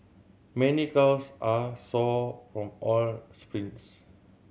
many calves are sore from all sprints